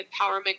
empowerment